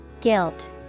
Guilt